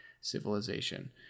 civilization